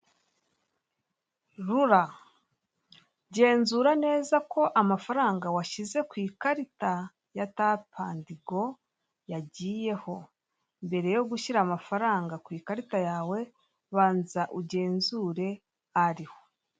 Rura genzura neza ko amafaranga washyize ku ikarita ya tape andi go yagiyeho, mbere yo gushyira amafaranga ku ikarita yawe banza ugenzure ariho.